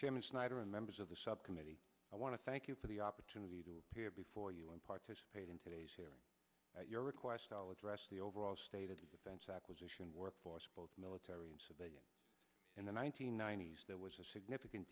chairman snyder and members of the subcommittee i want to thank you for the opportunity to appear before you and participate in today's hearing at your request i'll address the overall state of the defense acquisition workforce both military and civilian in the one nine hundred ninety s there was a significant